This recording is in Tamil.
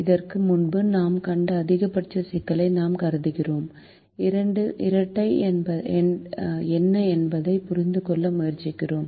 இதற்கு முன்பு நாம் கண்ட அதிகபட்ச சிக்கலை நாம் கருதுகிறோம் இரட்டை என்ன என்பதைப் புரிந்துகொள்ள முயற்சிக்கிறோம்